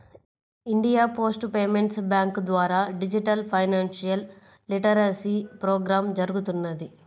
India post payments bank ద్వారా digital financial literacy programme జరుగుతున్నది